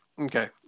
Okay